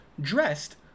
dressed